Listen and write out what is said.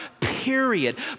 period